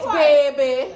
baby